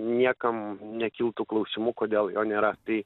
niekam nekiltų klausimų kodėl jo nėra tai